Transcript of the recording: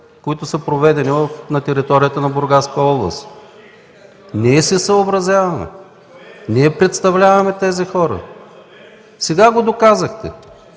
проведени на територията на Бургаска област. Ние се съобразяваме, ние представляваме тези хора. Сега го доказахте.